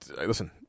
Listen